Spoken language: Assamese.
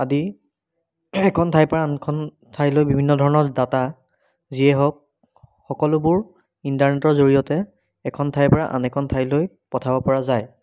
আদি এখন ঠাইৰ পৰা আনখন ঠাইলৈ বিভিন্ন ধৰণৰ ডাটা যিয়ে হওক সকলোবোৰ ইণ্টাৰনেটৰ জৰিয়তে এখন ঠাইৰ পৰা আন এখন ঠাইলৈ পঠাব পৰা যায়